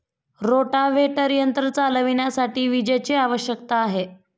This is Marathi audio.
रोटाव्हेटर यंत्र चालविण्यासाठी विजेची आवश्यकता आहे